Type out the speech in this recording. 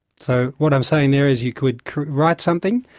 so, what i'm saying there is you could write something,